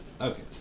Okay